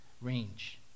range